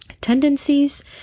tendencies